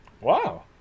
Wow